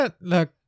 Look